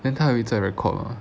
then 他有在 record 吗